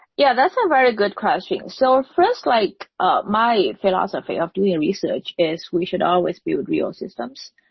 yeah, that's a very good question. so first, like ah my philosophy of doing research is we should always be with real systems,